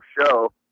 show